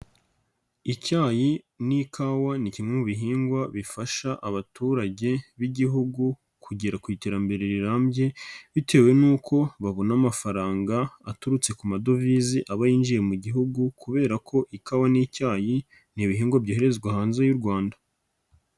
Icyayi n'ikawa ni kimwe mu bihingwa bifasha abaturage b'Igihugu kugera ku iterambere rirambye, bitewe nuko babona amafaranga aturutse ku madovize aba yinjiye mu Gihugu kubera ko ikawa n'icyayi, ni ibihingwa byoherezwa hanze y'u Rwanda.